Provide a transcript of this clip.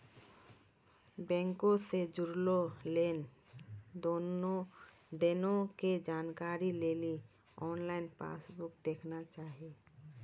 बैंको से जुड़लो लेन देनो के जानकारी लेली आनलाइन पासबुक देखना चाही